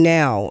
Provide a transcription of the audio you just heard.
now